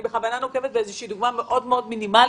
אני בכוונה נוקבת באיזו שהיא דוגמה מאוד מאוד מינימאלית,